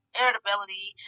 irritability